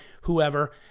whoever